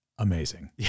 Amazing